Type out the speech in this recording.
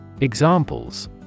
Examples